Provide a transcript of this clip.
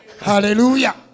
Hallelujah